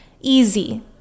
easy